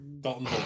Dalton